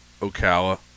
Ocala